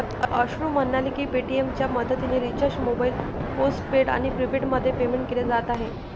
अश्रू म्हणाले की पेटीएमच्या मदतीने रिचार्ज मोबाईल पोस्टपेड आणि प्रीपेडमध्ये पेमेंट केले जात आहे